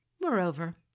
Moreover